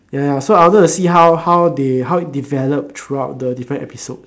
ya ya so I wanted to see how how they how develop throughout the different episode